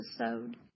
episode